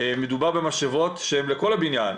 מדובר במשאבות שהן לכל הבניין.